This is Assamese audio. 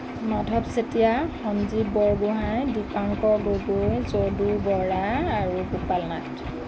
মাধৱ চেতিয়া ৰঞ্জিত বৰগোহাঁই দিপাংকৰ গগৈ যদু বৰা আৰু গোপাল নাথ